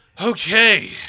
Okay